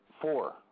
four